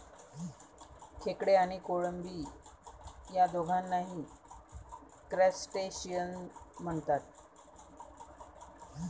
खेकडे आणि कोळंबी या दोघांनाही क्रस्टेशियन म्हणतात